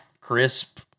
crisp